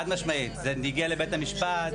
וזה הגיע גם לבית המשפט.